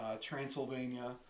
Transylvania